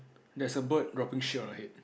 there's a bird dropping shit on her head